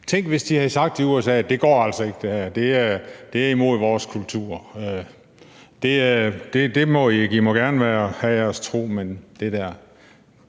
Tænk, hvis de i USA havde sagt: Det går altså ikke. Det er imod vores kultur. Det må I ikke. I må gerne have jeres tro, men det der ...